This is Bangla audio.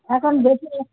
এখন দেখি